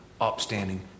upstanding